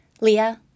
Leah